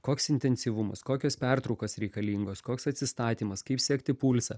koks intensyvumas kokios pertraukos reikalingos koks atsistatymas kaip sekti pulsą